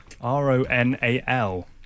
R-O-N-A-L